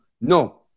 No